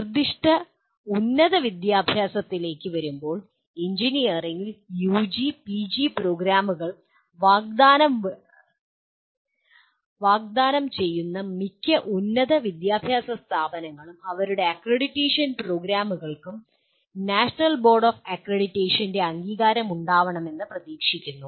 നിർദ്ദിഷ്ട ഉന്നത വിദ്യാഭ്യാസത്തിലേക്ക് വരുമ്പോൾ എഞ്ചിനീയറിംഗിൽ യുജി പിജി പ്രോഗ്രാമുകൾ വാഗ്ദാനം ചെയ്യുന്ന മിക്ക ഉന്നത വിദ്യാഭ്യാസ സ്ഥാപനങ്ങളും അവരുടെ പ്രോഗ്രാമുകൾക്കും നാഷണൽ ബോർഡ് ഓഫ് അക്രഡിറ്റേഷന്റെ അംഗീകാരം ഉണ്ടാകണമെന്ന് അവർ പ്രതീക്ഷിക്കുന്നു